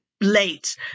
late